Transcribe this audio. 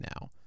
now